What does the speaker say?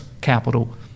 capital